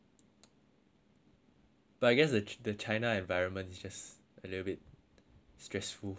but I guess the China environment is just a little bit stressful